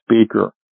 speaker